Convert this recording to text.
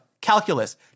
calculus